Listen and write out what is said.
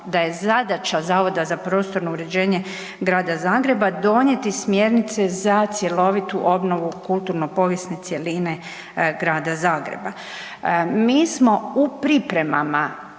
da je zadaća Zavoda za prostorno uređenje Grada Zagreba donijeti smjernice za cjelovitu obnovu kulturno-povijesne cjeline Grada Zagreba. Mi smo u priprema